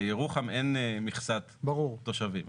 לירוחם אין מכסת תושבים.